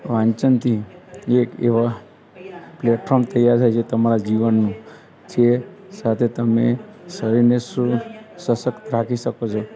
વાંચનથી એક એવો પ્લેટફોર્મ તૈયાર થાય છે જે તમારા જીવનમાં જે સાથે તમે શરીરને શુધ્ધ સશક્ત રાખી શકો છો